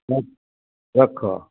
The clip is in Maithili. रखऽ